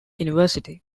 university